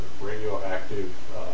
radioactive